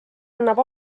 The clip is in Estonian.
annab